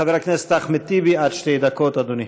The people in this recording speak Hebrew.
חבר הכנסת אחמד טיבי, עד שתי דקות, אדוני.